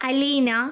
Aleena